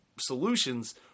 solutions